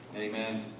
Amen